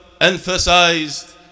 emphasized